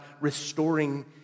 restoring